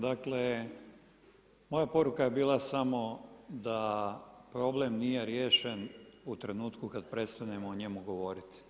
Dakle moja poruka je bila samo da problem nije riješen u trenutku kada prestanemo o njemu govoriti.